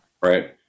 right